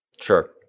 sure